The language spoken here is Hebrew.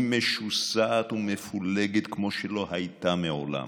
היא משוסעת ומפולגת כמו שלא הייתה מעולם.